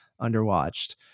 underwatched